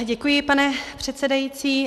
Děkuji, pane předsedající.